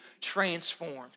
transformed